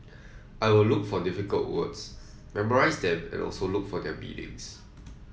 I will look for difficult words memorise them and also look for their meanings